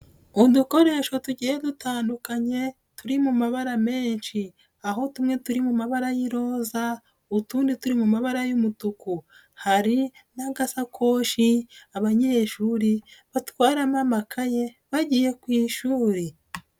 Udukoreshwa tugiye dutandukanye turi mu mabara menshi aho tumwe turi mu mabara y'iroza utundi turi mu mabara y'umutuku, hari n'agasakoshi abanyeshuri batwaramo amakaye bagiye ku ishuri.